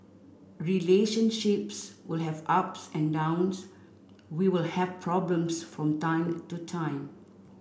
relationships will have ups and downs we will have problems from time to time